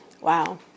Wow